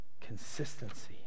Consistency